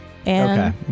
Okay